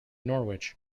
norwich